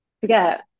forget